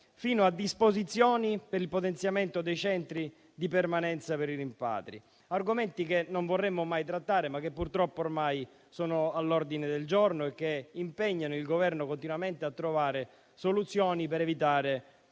inoltre disposizioni per il potenziamento dei centri di permanenza per i rimpatri, argomenti che non vorremmo mai trattare, ma che purtroppo ormai sono all'ordine del giorno e che impegnano continuamente il Governo a trovare soluzioni per evitare